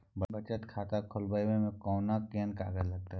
बचत खाता खोलबै में केना कोन कागज लागतै?